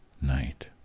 night